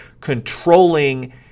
controlling